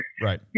Right